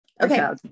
Okay